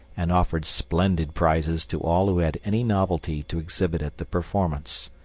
and offered splendid prizes to all who had any novelty to exhibit at the performance.